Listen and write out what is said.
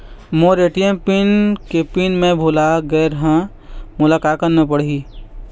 मोर ATM के pin मैं भुला गैर ह, मोला का करना पढ़ही?